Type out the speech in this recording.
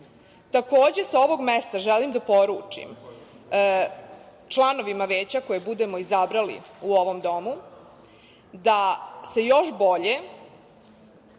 sa ovog mesta želim da poručim članovima Veća, koje budemo izabrali u ovom domu, da se još bolje,